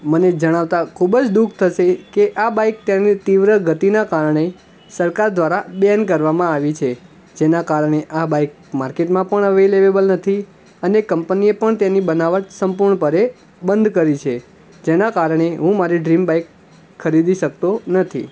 મને જણાવતાં ખૂબ જ દુઃખ થશે કે આ બાઈક તેની તીવ્ર ગતિના કારણે સરકાર દ્વારા બૅન કરવામાં આવ્યું છે જેનાં કારણે આ બાઈક માર્કેટમાં પણ અવેલેબલ નથી અને કંપનીએ પણ તેની બનાવટ સંપૂર્ણપણે બંધ કરી નાખી છે જેનાં કારણે હું મારી ડ્રીમ બાઈક ખરીદી શકતો નથી